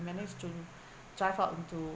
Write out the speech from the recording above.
managed to drive out into